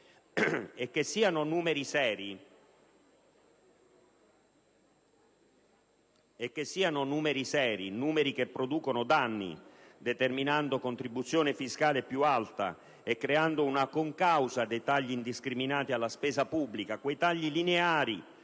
E che siano numeri seri, numeri che producono danni determinando una contribuzione fiscale più alta e creando una concausa dei tagli indiscriminati alla spesa pubblica (quei tagli lineari